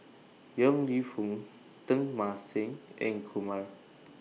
Yong Lew Foong Teng Mah Seng and Kumar